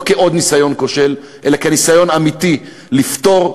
לא כעוד ניסיון כושל אלא כניסיון אמיתי לפתור,